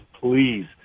please